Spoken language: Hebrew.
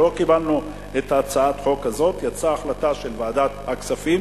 לא קיבלנו את הצעת החוק הזאת ויצאה החלטה של ועדת הכספים,